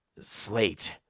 Slate